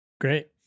Great